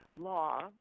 law